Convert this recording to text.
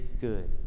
good